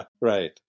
Right